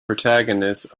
protagonist